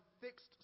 fixed